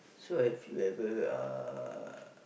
so have you ever uh